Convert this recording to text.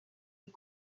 est